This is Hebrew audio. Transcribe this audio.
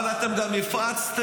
אבל אתם גם הפצתם.